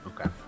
Okay